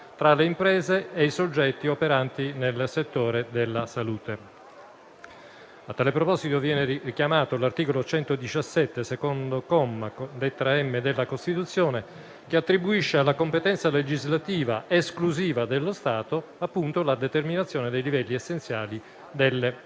tra le imprese e i soggetti operanti nel settore della salute. A tale proposito viene richiamato l'articolo 117, secondo comma, lettera *m)*, della Costituzione, che attribuisce alla competenza legislativa esclusiva dello Stato la determinazione dei livelli essenziali delle